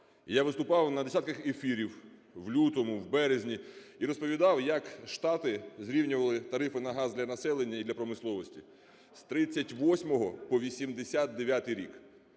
Я виступав на десятках ефірів в лютому, в березні і розповідав, як Штати зрівнювали тарифи на газ для населення і для промисловості з 38-го по 89 рік.